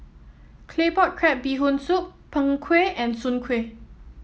Claypot Crab Bee Hoon Soup Png Kueh and Soon Kuih